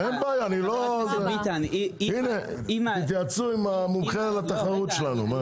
ביטן --- הנה, תתייעצו עם המומחה לתחרות שלנו.